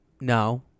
No